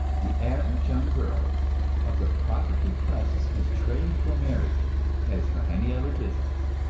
the average young girl of the propertied classes is trained for marriage as for any other business.